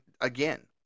again